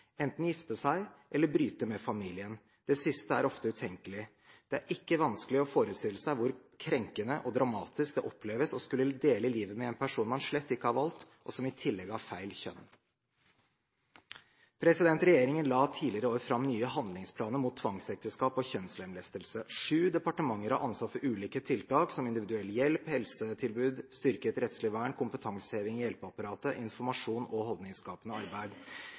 enten gifte seg eller bryte med familien. Det siste er ofte utenkelig. Det er ikke vanskelig å forestille seg hvor krenkende og dramatisk det oppleves å skulle dele livet med en person man slett ikke har valgt, og som i tillegg har feil kjønn. Regjeringen la tidligere i år fram nye handlingsplaner mot tvangsekteskap og kjønnslemlestelse. Sju departementer har ansvar for ulike tiltak som individuell hjelp, helsetilbud, styrket rettslig vern, kompetanseheving i hjelpeapparatet, informasjon og holdningsskapende arbeid.